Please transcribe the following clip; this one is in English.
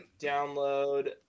download